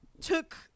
took